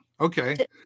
okay